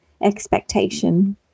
expectation